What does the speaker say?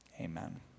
amen